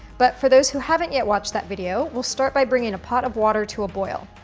but, for those who haven't yet watched that video, we'll start by bringing a pot of water to a boil.